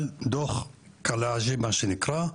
על דוח קלעג'י, מה שנקרא,